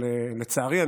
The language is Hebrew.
לצערי,